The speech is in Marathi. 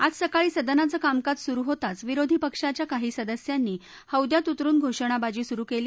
आज सकाळी सदनाचं कामकाज सुरु होताच विरोधी पक्षाच्या काही सदस्यांनी हौद्यात उतरुन घोषणाबाजी सुरु केली